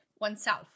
oneself